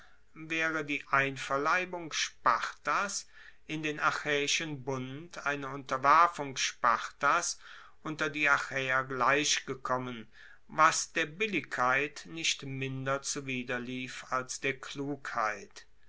waere die einverleibung spartas in den achaeischen bund einer unterwerfung spartas unter die achaeer gleichgekommen was der billigkeit nicht minder zuwiderlief als der klugheit